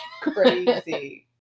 Crazy